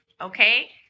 okay